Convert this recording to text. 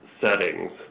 settings